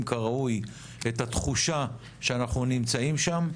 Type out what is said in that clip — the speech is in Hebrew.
כראוי את התחושה שאנחנו נמצאים שם,